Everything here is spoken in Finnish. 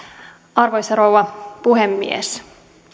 arvoisa rouva puhemies